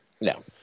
no